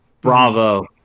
bravo